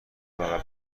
بغل